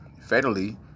fatally